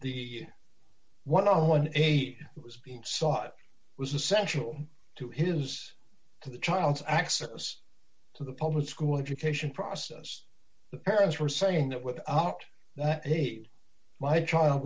the one the one he was being sought was essential to his to the child's access to the public school education process the parents were saying that without that he'd my child